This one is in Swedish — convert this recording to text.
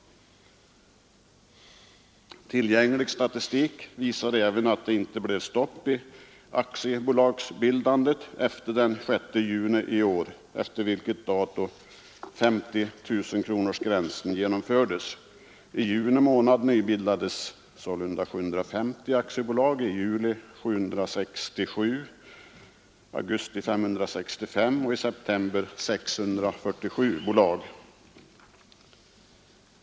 Tillgänglig statistik visar även att det inte blev stopp i aktiebolagsbildandet efter den 6 juni i år, det datum då 50 000-gränsen genomfördes. Sålunda nybildades i juni 750, juli 967, augusti 565 och september 647 aktiebolag.